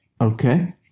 Okay